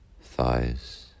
thighs